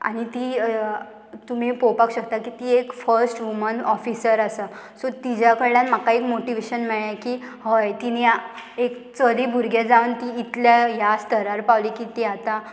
आनी ती तुमी पळोवपाक शकता की ती एक फर्स्ट वुमन ऑफिसर आसा सो तिच्या कडल्यान म्हाका एक मोटिवेशन मेळ्ळें की हय तिणी एक चली भुरगें जावन तीं इतल्या ह्या स्थरार पावली की ती आतां